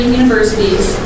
universities